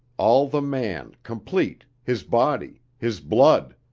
all the man complete, his body, his blood,